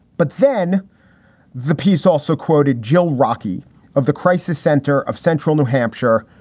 but then the piece also quoted jill rockie of the crisis center of central new hampshire,